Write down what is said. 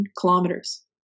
kilometers